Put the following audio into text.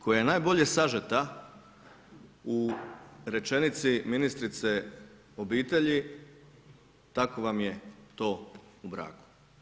Koja je najbolje sažeta u rečenici ministrice obitelji, tako vam je to u braku.